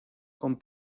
con